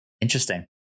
Interesting